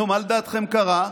נו, מה לדעתכם קרה?